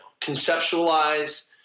conceptualize